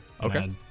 Okay